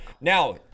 Now